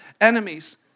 enemies